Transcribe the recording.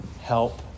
help